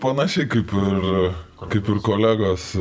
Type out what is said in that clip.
panašiai kaip ir kaip ir kolegos